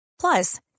Plus